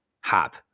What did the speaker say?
hop